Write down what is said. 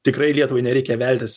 tikrai lietuvai nereikia veltis